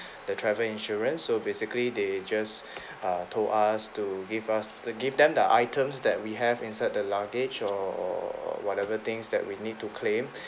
the travel insurance so basically they just uh told us to give us to give them the items that we have inside the luggage or whatever things that we need to claim